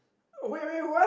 wait wait what